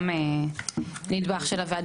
הילדים הם גם נדברך של הוועדה,